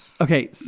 Okay